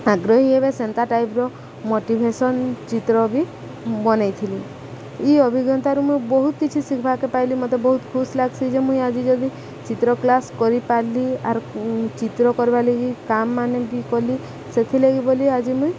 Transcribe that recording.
ଆଗ୍ରହୀ ହେବେ ସେନ୍ତା ଟାଇପର ମୋଟିଭେସନ ଚିତ୍ର ବି ବନେଇଥିଲି ଇ ଅଭିଜ୍ଞତାରୁ ମୁଁ ବହୁତ କିଛି ଶିଖିବାକେ ପାଇଲି ମତେ ବହୁତ ଖୁସି ଲାଗ୍ସି ଯେ ମୁଇଁ ଆଜି ଯଦି ଚିତ୍ର କ୍ଲାସ କରିପାରିଲି ଆର୍ ଚିତ୍ର କର୍ବାର୍ ଲାଗି କାମ ମାନେ ବି କଲି ସେଥିଲାଗି ବୋଲି ଆଜି ମୁଇଁ